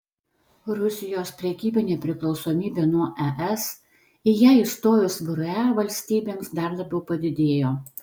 rusijos prekybinė priklausomybė nuo es į ją įstojus vre valstybėms dar labiau padidėjo